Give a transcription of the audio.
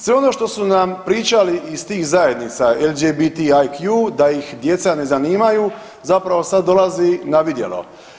Sve ono što su nam pričali iz tih zajednica LGBTQ da ih djeca ne zanimaju zapravo sad dolazi na vidjelo.